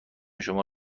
شما